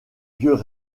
vieux